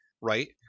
right